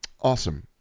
awesome